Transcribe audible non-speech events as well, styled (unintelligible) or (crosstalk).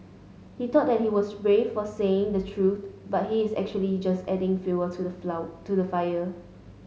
he thought that he was brave for saying the truth but he is actually just adding fuel to the (unintelligible) to the fire